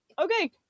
okay